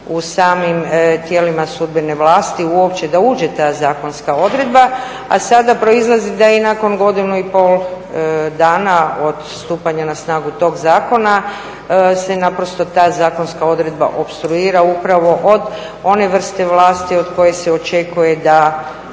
u samim tijelima sudbene vlasti uopće da uđe ta zakonska odredba a sada proizlazi da i nakon godinu i pol dana od stupanja na snagu tog zakona se naprosto ta zakonska odredba opstruira upravo od one vrste vlasti od koje se očekuje da